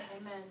Amen